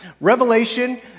Revelation